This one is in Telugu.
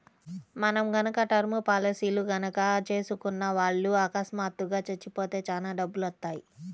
మనం గనక టర్మ్ పాలసీలు గనక చేసుకున్న వాళ్ళు అకస్మాత్తుగా చచ్చిపోతే చానా డబ్బులొత్తయ్యి